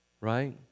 Right